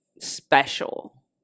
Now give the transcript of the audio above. special